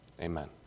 Amen